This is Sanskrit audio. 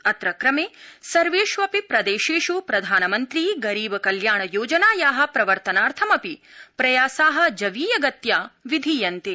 अत्र क्रमे सर्वेष्वपि प्रदेशेष् प्रधानमन्त्री गरीब कल्याण योजनाया प्रवर्तनार्थमपि प्रयासा जवीयगत्या विधीयन्ते